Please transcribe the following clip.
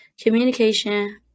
Communication